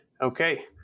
Okay